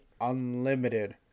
unlimited